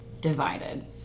divided